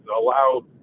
allow